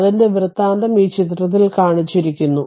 അതിന്റെ ഇതിവൃത്തം ഈ ചിത്രത്തിൽ കാണിച്ചിരിക്കുന്നു